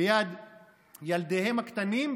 ליד ילדיהם הקטנים,